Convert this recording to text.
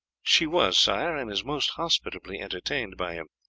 she was, sire, and is most hospitably entertained by him.